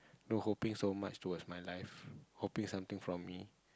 don't hoping so much towards my life hoping something from me